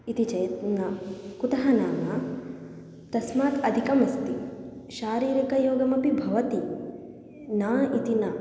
इति चेत् न कुतः नाम तस्मात् अधिकमस्ति शारीरिकयोगः अपि भवति न इति न